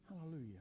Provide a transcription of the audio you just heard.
Hallelujah